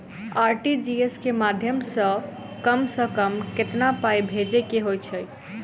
RTGS केँ माध्यम सँ कम सऽ कम केतना पाय भेजे केँ होइ हय?